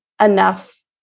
enough